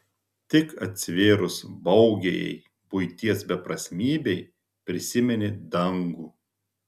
tik atsivėrus baugiajai buities beprasmybei prisimeni dangų